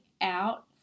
out